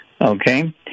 okay